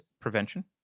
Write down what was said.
prevention